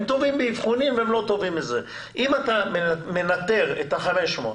אם אתה מנטר את ה-500,